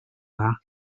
dda